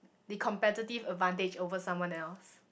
the competitive advantage over someone else